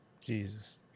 Jesus